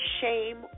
shame